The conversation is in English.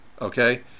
Okay